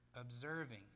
observing